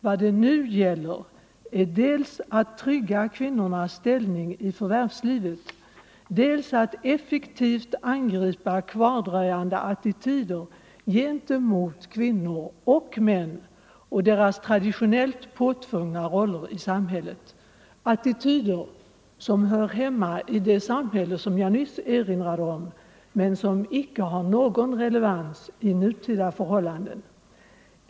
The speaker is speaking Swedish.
Vad det nu gäller är dels att trygga kvinnornas ställning i förvärvslivet, dels att effektivt angripa kvardröjande attityder gentemot kvinnor och män och deras traditionellt påtvungna roller i samhället, attityder som hör hemma i det samhälle som jag nyss erinrade om men som icke har någon relevans för nutida förhållanden.